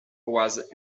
was